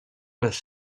with